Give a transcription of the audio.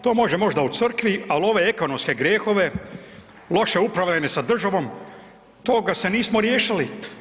To može možda u crkvi, ali ove ekonomske grijehove, loše upravljanje sa državom, toga se nismo riješili.